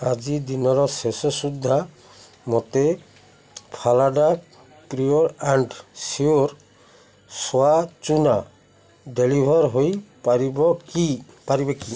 ଆଜି ଦିନର ଶେଷ ସୁଦ୍ଧା ମୋତେ Phalada pure and sure soya ଚୂନା ଡେଲିଭର୍ ହୋଇପାରିବେ କି